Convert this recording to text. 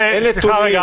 נתונים.